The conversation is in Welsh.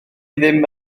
ddim